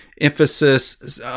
emphasis